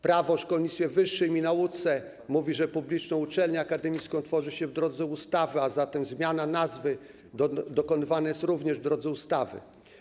Prawo o szkolnictwie wyższym i nauce mówi, że publiczną uczelnię akademicką tworzy się w drodze ustawy, a zatem zmiana nazwy dokonywana jest również w drodze ustawy.